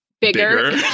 bigger